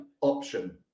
option